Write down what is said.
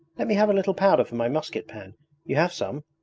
let me have a little powder for my musket-pan you have some?